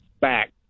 back